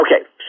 Okay